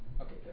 okay